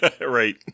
Right